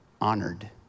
honored